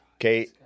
okay